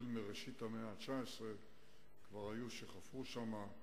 בראשית המאה ה-19 כבר היו שחפרו שם,